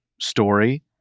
story